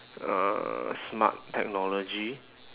uh smart technology